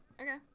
Okay